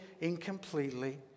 incompletely